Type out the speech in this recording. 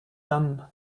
done